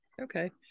Okay